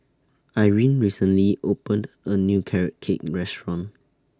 Irene recently opened A New Carrot Cake Restaurant